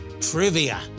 trivia